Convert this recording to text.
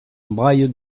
braille